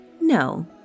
No